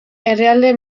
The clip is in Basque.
erdialde